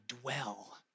dwell